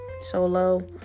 solo